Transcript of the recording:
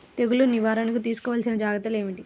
తెగులు నివారణకు తీసుకోవలసిన జాగ్రత్తలు ఏమిటీ?